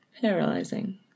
paralyzing